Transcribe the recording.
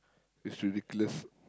it's ridiculous